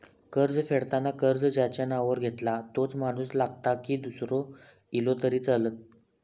कर्ज फेडताना कर्ज ज्याच्या नावावर घेतला तोच माणूस लागता की दूसरो इलो तरी चलात?